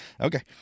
Okay